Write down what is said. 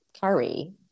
curry